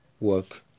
work